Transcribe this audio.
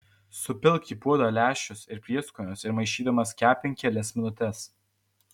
supilk į puodą lęšius ir prieskonius ir maišydamas kepink kelias minutes